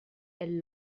elle